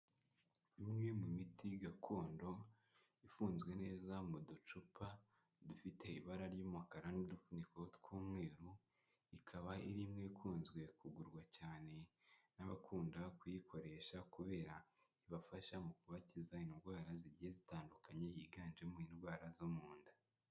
Imwe mu miti gakondo, ifunzwe neza mu ducupa, dufite ibara ry'umukara n'udufuniko tw'umweru, ikaba ari imwe ikunzwe kugurwa cyane n'abakunda kuyikoresha kubera ibafasha mu kubakiza indwara zigiye zitandukanye ziganjemo indwara zo mu nda.